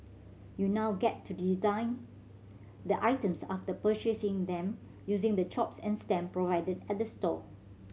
you now get to design the items after purchasing them using the chops and stamp provided at the store